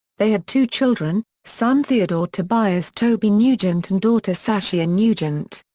they had two children, son theodore tobias toby nugent and daughter sasha nugent.